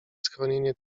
schronienie